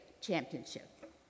championship